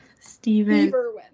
Stephen